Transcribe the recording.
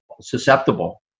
susceptible